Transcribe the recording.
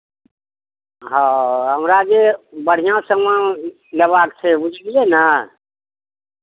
हँ हमरा जे बढ़िआँ सामान लेबाक छै बुझलियै ने